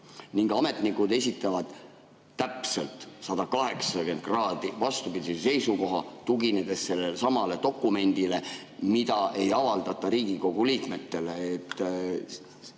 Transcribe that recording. ning ametnikud esitavad täpselt 180 kraadi vastupidise seisukoha, tuginedes sellelesamale dokumendile, mida ei avaldata Riigikogu liikmetele?